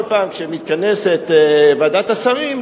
כל פעם שמתכנסת ועדת השרים,